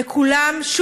לכולם,